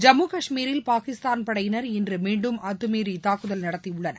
ஜம்மு கஷ்மீரில் பாகிஸ்தான் படையினர் இன்றுமீன்டும் அத்துமீறிதாக்குதல் நடத்தியுள்ளனர்